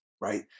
right